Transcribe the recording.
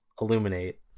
illuminate